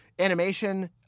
animation